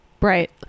Right